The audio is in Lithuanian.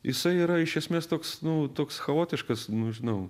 jisai yra iš esmės toks nu toks chaotiškas nu žinau